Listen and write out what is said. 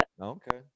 Okay